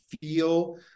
feel